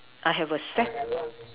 I have a sack